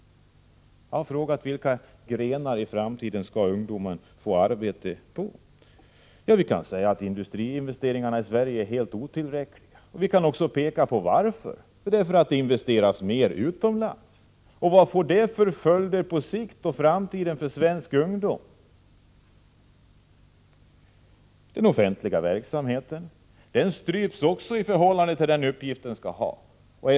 Inom vilka grenar skall ungdomar få arbete i framtiden? Vi kan peka på att industriinvesteringarna i Sverige är helt otillräckliga. Vi kan också tala om varför. Jo, det investeras mer utomlands. Vad får det för följder på sikt för svensk ungdom? Den offentliga verksamheten stryps också i förhållande till den uppgift den skall ha.